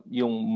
yung